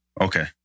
okay